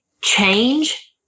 change